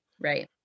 Right